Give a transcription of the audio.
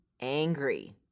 angry